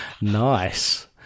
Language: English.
Nice